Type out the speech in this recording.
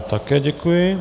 Také děkuji.